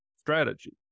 strategy